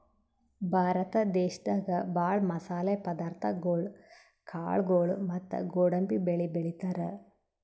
ಭಾರತ ದೇಶದಾಗ ಭಾಳ್ ಮಸಾಲೆ ಪದಾರ್ಥಗೊಳು ಕಾಳ್ಗೋಳು ಮತ್ತ್ ಗೋಡಂಬಿ ಬೆಳಿ ಬೆಳಿತಾರ್